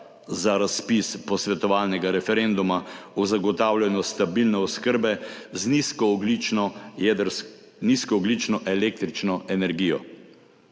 za razpis posvetovalnega referenduma o zagotavljanju stabilne oskrbe z nizkoogljično električno energijo.